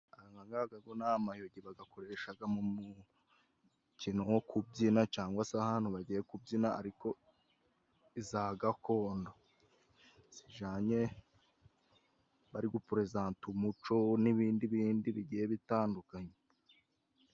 Aya ngaya yo ni amayugi. Bayakoresha mu mukino wo kubyina, cyangwa se hari aho bagiye kubyina ariko iza gakondo zijyanye, bari gupurezanta umuco n'ibindi bigiye bitandukanye.